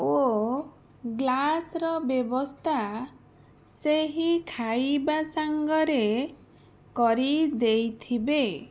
ଓ ଗ୍ଲାସ୍ର ବ୍ୟବସ୍ଥା ସେହି ଖାଇବା ସାଙ୍ଗରେ କରି ଦେଇଥିବେ